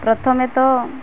ପ୍ରଥମେ ତ